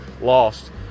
lost